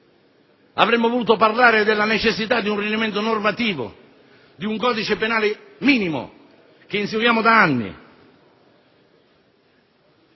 avremmo voluto parlare della necessità di un rinnovamento normativo, di un codice penale minimo che inseguiamo da anni,